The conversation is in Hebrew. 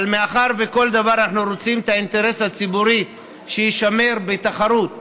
אבל מאחר שבכל דבר אנחנו רוצים שיישמר האינטרס הציבורי בתחרות הוגנת,